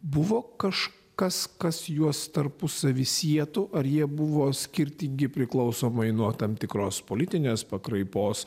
buvo kažkas kas juos tarpusavy sietų ar jie buvo skirtingi priklausomai nuo tam tikros politinės pakraipos